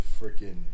Freaking